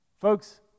Folks